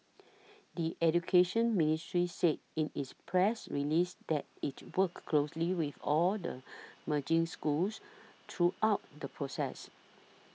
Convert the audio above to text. the Education Ministry said in its press release that it worked closely with all the merging schools throughout the process